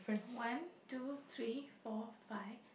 one two three four five